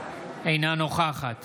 אינה נוכחת